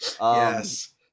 Yes